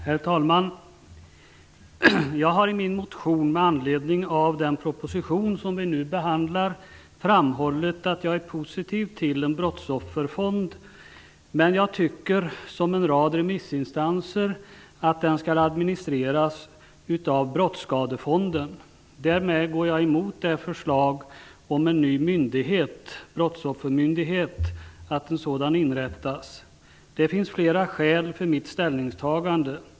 Herr talman! Jag har i min motion, med anledning av den proposition som vi nu behandlar, framhållit att jag är positiv till en brottsofferfond. Men jag tycker, liksom en rad remissinstanser, att den skall administreras av Brottsskadefonden. Därmed går jag emot förslaget att en ny myndighet, brottsoffermyndigheten, inrättas. Det finns flera skäl för mitt ställningstagande.